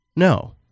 No